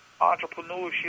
entrepreneurship